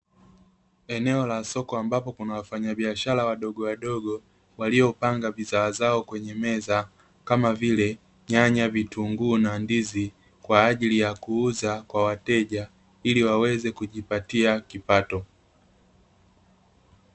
Eneo la soko ambapo kuna wafanyabiashara wadogowadogo, waliopanga bidhaa zao kwenye meza, kama vile: nyanya, vitunguu na ndizi; kwa ajili ya kuuza kwa wateja ili waweze kujipatia kipato.